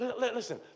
listen